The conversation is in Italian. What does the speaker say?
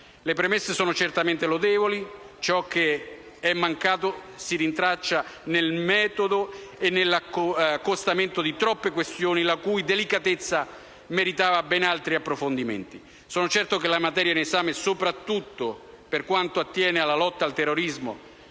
Le premesse sono certamente lodevoli. Ciò che è mancato si rintraccia nel metodo e nell'accostamento di troppe questioni, la cui delicatezza meritava ben altri approfondimenti. Sono certo che la materia in esame, soprattutto per quanto attiene alla lotta al terrorismo